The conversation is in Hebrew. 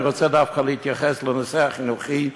אני רוצה דווקא להתייחס לנושא החינוכי.